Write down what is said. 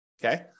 Okay